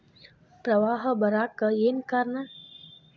ಪ್ರವಾಹ ಬರಾಕ್ ಏನ್ ಕಾರಣ?